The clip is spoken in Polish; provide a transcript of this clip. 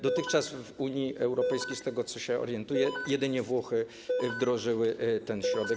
Dotychczas w Unii Europejskiej, z tego co się orientuję, jedynie Włochy wdrożyły ten środek.